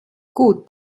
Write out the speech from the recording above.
gut